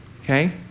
okay